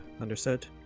understood